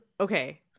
okay